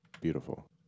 Beautiful